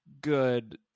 good